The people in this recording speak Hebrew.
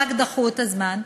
רק דחו את הזמן.